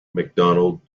mcdonald